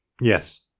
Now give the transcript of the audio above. Yes